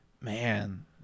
man